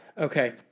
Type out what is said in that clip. Okay